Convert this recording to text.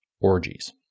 orgies